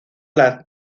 las